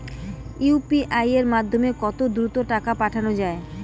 UPI এর মাধ্যমে কত দ্রুত টাকা পাঠানো যায়?